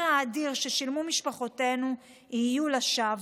האדיר ששילמו משפחותינו יהיו לשווא.